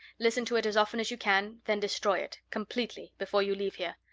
listen to it as often as you can, then destroy it completely before you leave here.